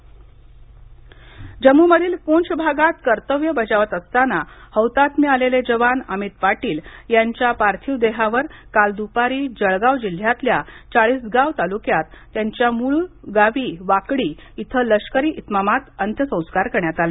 ज्ञळगाव जम्मूमधील पूंछ भागात कर्तव्य बजावत असताना हौतात्म्य आलेले जवान अमित पाटील यांच्या पार्थिव देहावर काल द्पारी जळगाव जिल्ह्यातल्या चाळीसगाव तालुक्यात त्यांच्या मूळगावी वाकडी इथं लष्करी इतमामात अंत्यसंस्कार करण्यात आले